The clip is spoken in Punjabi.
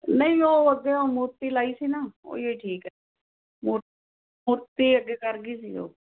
ਨਹੀਂ ਉਹ ਅੱਗੇ ਉਹ ਮੂਰਤੀ ਲਗਾਈ ਸੀ ਨਾ ਉਹ ਹੀ ਇਹ ਠੀਕ ਆ ਮੂਰ ਮੂਰਤੀ ਅੱਗੇ ਕਰ ਗਈ ਸੀ ਉਹ